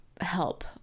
help